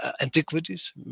antiquities